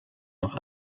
noch